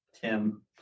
Tim